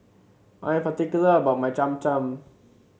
I am particular about my Cham Cham